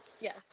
Yes